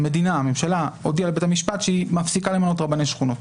הממשלה הודיעה לבית המשפט שהיא מפסיקה למנות רבני שכונות,